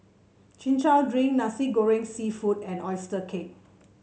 Chin Chow Drink Nasi Goreng seafood and oyster cake